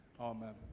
Amen